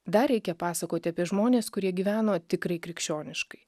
dar reikia pasakoti apie žmones kurie gyveno tikrai krikščioniškai